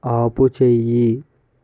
ఆపుచెయ్యి